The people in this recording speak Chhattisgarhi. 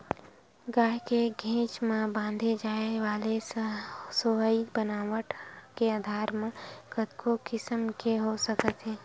गाय के घेंच म बांधे जाय वाले सोहई बनावट के आधार म कतको किसम के हो सकत हे